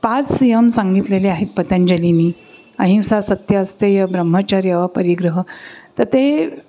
पाच यम सांगितलेले आहेत पतंजलीनी अहिंसा सत्य अस्तेय ब्रह्मचर्य अपरिग्रह तर ते